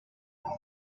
films